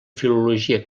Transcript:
filologia